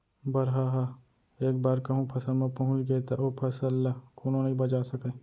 बरहा ह एक बार कहूँ फसल म पहुंच गे त ओ फसल ल कोनो नइ बचा सकय